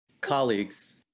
colleagues